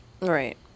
Right